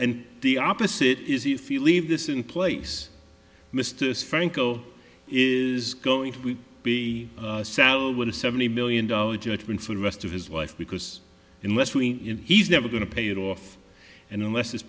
and the opposite is if you leave this in place misters franco is going to be saddled with a seventy million dollar judgment for the rest of his wife because unless we know he's never going to pay it off and unless it's